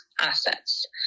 assets